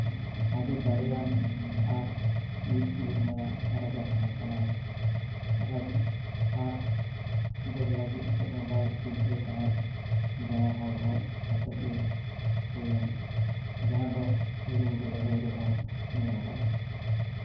ᱟᱹᱰᱤ ᱫᱟᱲᱮᱭᱟᱱ ᱟᱨ ᱢᱤᱫ ᱱᱤᱨᱢᱟᱭᱟ ᱨᱟᱡᱟ ᱛᱟᱦᱮᱸ ᱠᱟᱱᱟᱭ ᱨᱟᱡᱽ ᱯᱟᱴ ᱵᱟᱹᱲ ᱞᱟᱹᱜᱤᱫ ᱪᱮᱫᱦᱚᱸ ᱵᱟᱭ ᱪᱤᱱᱛᱟᱹᱭ ᱛᱟᱦᱮᱸᱫ ᱡᱟᱦᱟᱸᱭ ᱦᱚᱲ ᱜᱚᱡ ᱠᱟᱛᱮᱫ ᱜᱮ ᱦᱩᱭᱮᱱ ᱡᱟᱦᱟᱸ ᱫᱚ ᱠᱚᱞᱤᱝᱜᱚ ᱞᱟᱹᱲᱦᱟᱹᱭ ᱨᱮᱵᱚᱱ ᱧᱮᱞ ᱟᱠᱟᱫᱟ